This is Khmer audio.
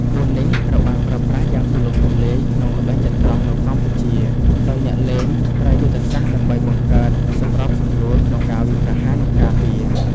ក្បួននេះត្រូវបានប្រើប្រាស់យ៉ាងទូលំទូលាយក្នុងល្បែងចត្រង្គនៅកម្ពុជា ដោយអ្នកលេងប្រើយុទ្ធសាស្ត្រដើម្បីបង្កើតសម្របសម្រួលក្នុងការវាយប្រហារ និងការពារ។